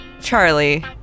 Charlie